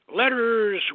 letters